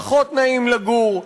פחות נעים לגור,